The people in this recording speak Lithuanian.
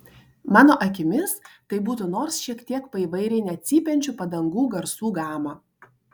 mano akimis tai būtų nors šiek tiek paįvairinę cypiančių padangų garsų gamą